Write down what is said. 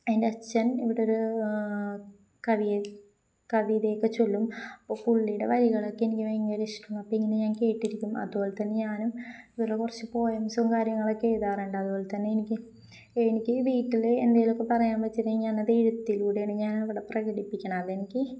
എൻ്റെ അച്ഛൻ ഇവിടെയൊരു കവിതയൊക്കെ ചൊല്ലും അപ്പോള് പുള്ളിയുടെ വരികളൊക്കെ എനിക്ക് ഭയങ്കരം ഇഷ്ടമാണ് അപ്പോള് ഇങ്ങനെ ഞാൻ കേട്ടിരിക്കും അതുപോലെ തന്നെ ഞാനും ഇവിടെ കുറച്ച് പോയംസും കാര്യങ്ങളുമൊക്കെ എഴുതാറുണ്ട് അതുപോലെ തന്നെ എനിക്ക് എനിക്ക് വീട്ടില് എന്തെങ്കിലുമൊക്കെ പറയണമെന്ന് വെച്ചിട്ടുണ്ടെങ്കില് ഞാനത് എഴുത്തിലൂടെയാണ് ഞാന് അവിടെ പ്രകടിപ്പിക്കുന്നത് അതെനിക്ക്